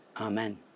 Amen